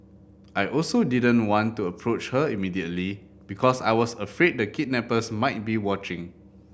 I also didn't want to approach her immediately because I was afraid the kidnappers might be watching